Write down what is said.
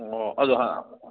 ꯑꯣ ꯑꯣ ꯑꯗꯨ